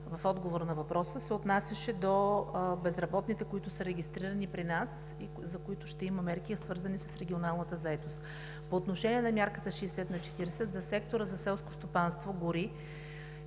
в отговора на въпроса, се отнасяше до безработните, които са регистрирани при нас и за които ще има мерки, свързани с регионалната заетост. По отношение на мярката 60/40 за сектора за селско стопанство и гори